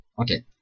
Okay